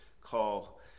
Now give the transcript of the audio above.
call